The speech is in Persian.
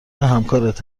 همکارت